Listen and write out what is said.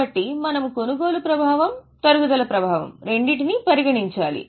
కాబట్టి మనము కొనుగోలు ప్రభావం తరుగుదల ప్రభావం రెండింటినీ పరిగణించాలి